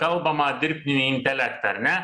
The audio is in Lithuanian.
kalbamą dirbtinį intelektą ar ne